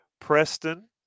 Preston